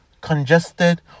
congested